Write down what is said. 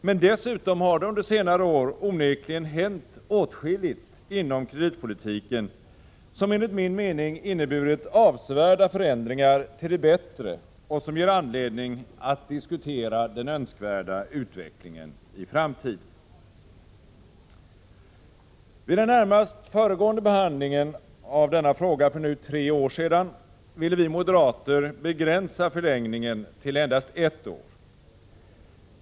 Men dessutom har det under senare år onekligen hänt åtskilligt inom kreditpolitiken, som enligt min mening inneburit avsevärda förändringar till det bättre och som ger anledning att diskutera den önskvärda utvecklingen i framtiden. Vid den närmast föregående behandlingen av denna fråga för nu tre år sedan ville vi moderater begränsa förlängningen till endast ett år.